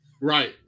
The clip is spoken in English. Right